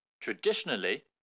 Traditionally